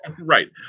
Right